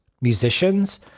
musicians